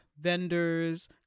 vendors